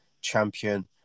champion